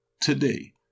today